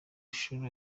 nshuro